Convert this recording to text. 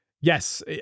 Yes